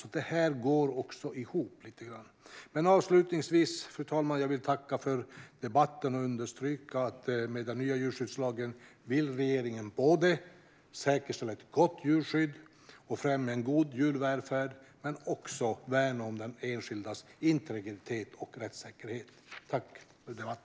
Så detta går ihop lite grann. Fru talman! Jag vill tacka för debatten och understryka att med den nya djurskyddslagen vill regeringen både säkerställa ett gott djurskydd och främja en god djurvälfärd men också värna om den enskildes integritet och rättssäkerhet.